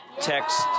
text